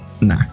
Nah